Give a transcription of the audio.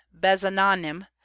Bezananim